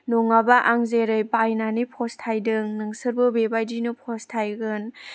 नङाबा आं जेरै बायनानै फस्थायदों नोंसोरबो बेबायदिनो फस्थायगोन